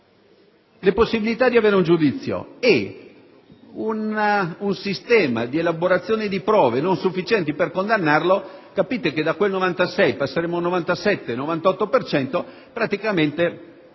le possibilità di avere un giudizio e un sistema di elaborazione di prove non sufficienti per condannarlo, capite che da quel 96 passeremo ad un 97-98 per cento;